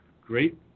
great